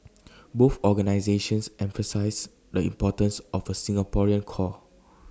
both organisations emphasise the importance of A Singaporean core